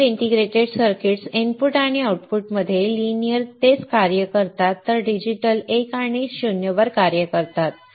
linear integrated circuits input आणि आउटपुटमध्ये लिनियर तेचे कार्य करतात तर डिजिटल 1 आणि 0 वर कार्य करतात